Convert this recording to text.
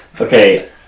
Okay